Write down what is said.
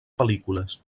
pel·lícules